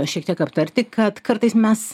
šiek tiek aptarti kad kartais mes